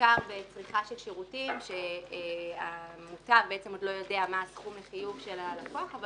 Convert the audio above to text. בעיקר בצריכה של שירותים כשעוד לא יודעים מה סכום החיוב של הלקוח אבל